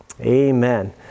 Amen